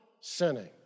sinning